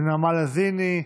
של נעמה לזימי.